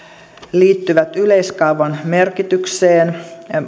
liittyvät yleiskaavan merkitykseen